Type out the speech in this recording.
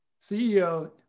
CEO